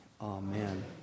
Amen